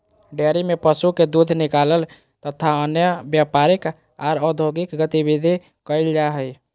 dairy में पशु के दूध निकालल तथा अन्य व्यापारिक आर औद्योगिक गतिविधि कईल जा हई